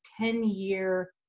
10-year